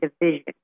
Division